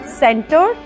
center